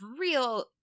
real